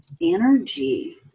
energy